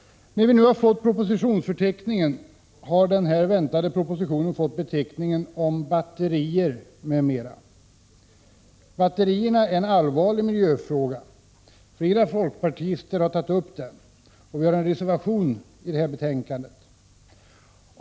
När propositionsförteckningen nu har kommit finner vi att den väntade propositionen fått beteckningen ”Om batterier m.m.”. Batterierna är en allvarlig miljöfråga. Flera folkpartister har tagit upp den, och vi har en reservation i det här betänkandet.